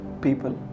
people